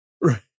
Right